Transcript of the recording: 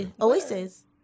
Oasis